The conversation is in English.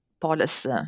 policy